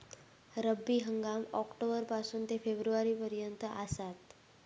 रब्बी हंगाम ऑक्टोबर पासून ते फेब्रुवारी पर्यंत आसात